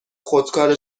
خودکار